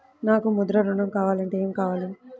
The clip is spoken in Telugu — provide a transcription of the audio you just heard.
నాకు ముద్ర ఋణం కావాలంటే ఏమి కావాలి?